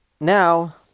Now